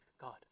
God